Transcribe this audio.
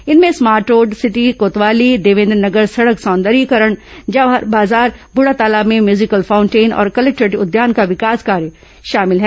इनमें smart road city कोतवाली देवेन्द्र नगर सड़क सौंदर्याकरण जवाहर बाजार बूढ़ातालाब में म्यूजिकल फाउंटेन और कलेक्टोरेट उद्यान का विकास कार्य शामिल हैं